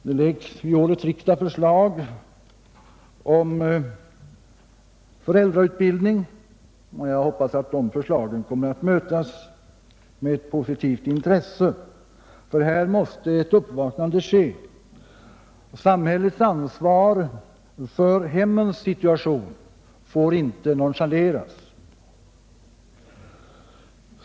Till årets riksdag framläggs förslag om föräldrautbildning, och jag hoppas att de kommer att mötas av ett positivt intresse — här måste ett uppvaknande ske. Samhällets ansvar för hemmens situation får inte nonchaleras.